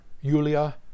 Yulia